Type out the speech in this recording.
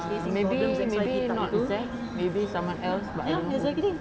err maybe maybe not zack maybe someone else but I don't know who